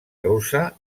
russa